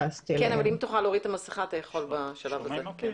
שלום לכולם.